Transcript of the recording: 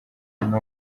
kibuno